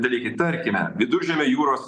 dalykai tarkime viduržemio jūros